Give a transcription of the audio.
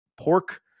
pork